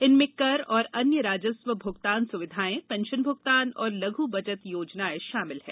इनमें कर और अन्य राजस्व भुगतान सुविधाएं पेंशन भुगतान और लघु बचत योजनाएं शामिल हैं